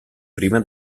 prima